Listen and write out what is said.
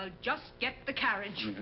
ah just get the carriage.